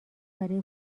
برای